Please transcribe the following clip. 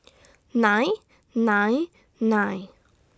nine nine nine